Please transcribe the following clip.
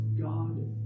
God